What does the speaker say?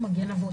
מגן אבות.